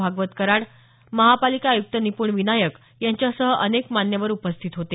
भागवत कराड महापालिका आयुक्त निप्ण विनायक यांच्यासह अनेक मान्यवर उपस्थित होते